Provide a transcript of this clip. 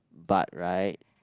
but right